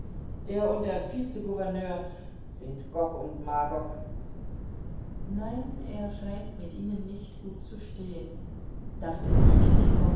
er und der vizegouverneur sind gog und magog nein er scheint mit ihnen nicht gut zu stehen dachte sich